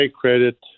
credit